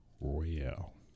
royale